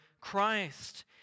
Christ